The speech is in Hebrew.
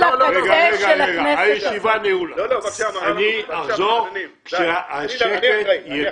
אני אחזור כשיהיה פה שקט.